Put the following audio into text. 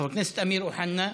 חבר הכנסת אמיר אוחנה,